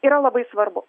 yra labai svarbu